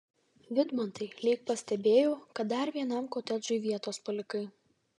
vidmantai lyg pastebėjau kad dar vienam kotedžui vietos palikai